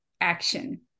action